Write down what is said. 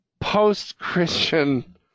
post-Christian